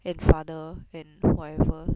and father and whatever